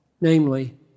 Namely